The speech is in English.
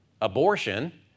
abortion